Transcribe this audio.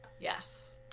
yes